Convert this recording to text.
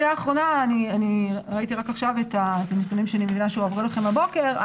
ראיתי רק עכשיו את הנתונים שהועברו אליכם הבוקר.